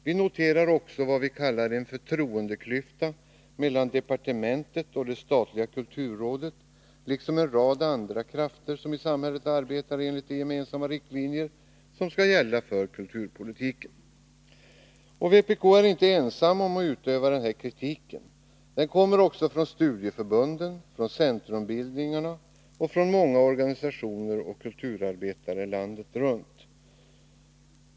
Vi noterar också vad vi kallar en förtroendeklyfta mellan departementet och det statliga kulturrådet liksom en rad andra krafter som i samhället arbetar enligt de gemensamma riktlinjer som skall gälla för kulturpolitiken. Vpk är inte ensamt om att framföra denna kritik. Den kommer också från studieförbunden, från centrumbildningarna och från många organisationer och kulturarbetare landet runt.